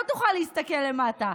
לא תוכל להסתכל למטה.